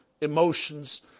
emotions